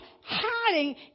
hiding